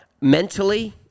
mentally